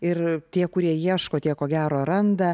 ir tie kurie ieško tie ko gero randa